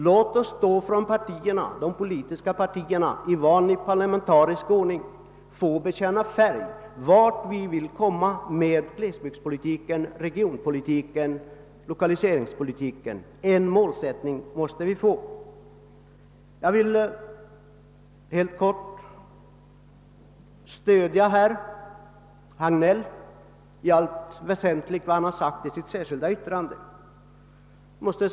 Låt oss därför från de politiska partierna i parlamentarisk ordning inom ramen för en målsättning bekänna färg i fråga om vart vi syftar med glesbygdspolitiken, regionpolitiken och lokaliseringspolitiken! En sådan målsättning måste vi få. Jag vill helt kort i allt väsentligt ansluta mig till vad herr Hagnell anför i sitt särskilda yttrande.